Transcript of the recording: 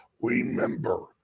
Remember